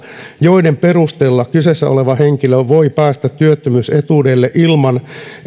joiden perusteella kyseessä oleva henkilö voi päästä työttömyysetuudelle ilman että koko